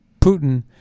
Putin